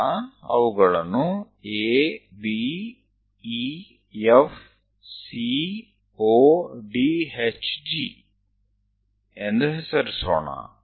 એકવાર તે થઈ જાય છે ત્યારબાદ ABEFCODHG નામ આપો